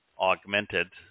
augmented